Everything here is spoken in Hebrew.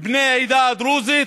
בני העדה הדרוזית,